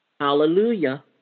Hallelujah